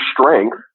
strength